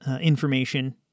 information